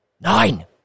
Nine